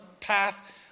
path